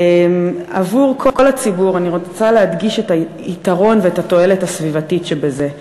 עבור כל הציבור אני רוצה להדגיש את היתרון ואת התועלת הסביבתית שבזה.